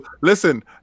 Listen